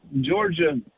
georgia